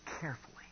carefully